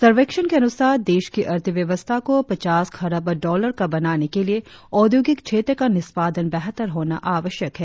सर्वेक्षण के अनुसार देश की अर्थव्यवस्था को पचास खरब डॉलर का बनाने के लिए औद्योगिक क्षेत्र का निष्पादन बेहतर होना आवश्यक है